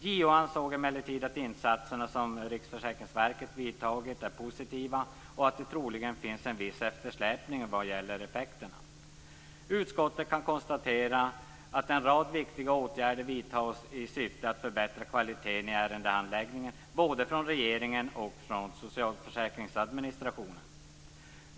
JO ansåg emellertid att de insatser som Riksförsäkringsverket gjort är positiva och att det troligen finns en viss eftersläpning när det gäller effekterna. Utskottet kan konstatera att en rad viktiga åtgärder vidtagits i syfte att förbättra kvaliteten i ärendehandläggningen, både från regeringen och från socialförsäkringsadministrationen.